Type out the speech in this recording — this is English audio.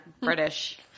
British